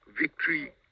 victory